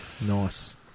Nice